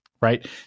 right